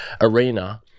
arena